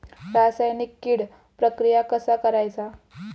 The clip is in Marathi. रासायनिक कीड प्रक्रिया कसा करायचा?